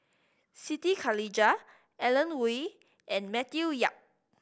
Siti Khalijah Alan Oei and Matthew Yap